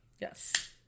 Yes